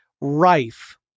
rife